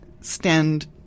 stand